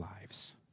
lives